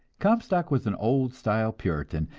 comstock was an old-style puritan,